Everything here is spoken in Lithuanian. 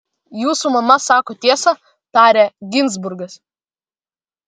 jūsų mama sako tiesą tarė ginzburgas